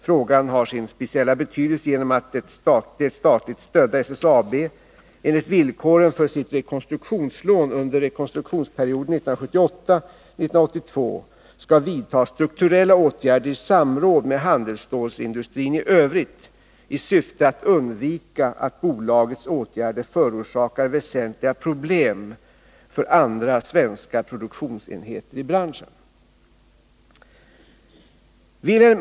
Frågan har sin speciella betydelse genom att det statligt stödda SSAB enligt villkoren för sitt rekonstruktionslån under rekonstruktionsperioden 1978-1982 skall vidta strukturella åtgärder i samråd med handelsstålsindustrin i övrigt i syfte att undvika att bolagets åtgärder förorsakar andra svenska produktionsenheter i branschen väsentliga problem.